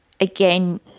again